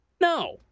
No